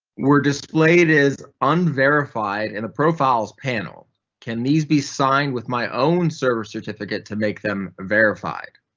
were displayed is unverified in the profiles panel can these be signed with my own server certificate to make them verified.